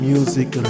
Music